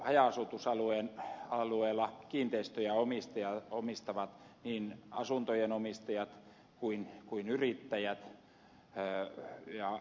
haja asutusalueella kiinteistöjä omistavat niin asuntojen omistajat kuin yrittäjät ja maatilayrittäjät